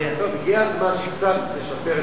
הגיע הזמן שקצת תשפר,